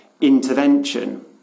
intervention